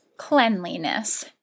cleanliness